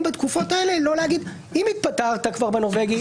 בתקופות האלה לא להגיד: אם כבר התפטרת בנורבגי,